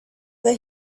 that